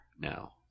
now